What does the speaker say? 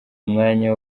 umwanya